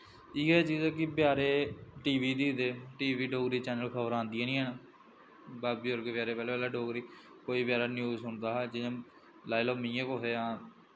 इ'यै जियां कि बचैरे टी वी दिखदे टी वी च डोगरी चैनल खबरां आंदियां निं हैन बाबे बजुर्ग पैह्लें पैह्लें डोगरी कोई बचैरा न्यूज़ सुनदा हा जियां लाई लैओ में गै कुसै हां